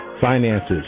finances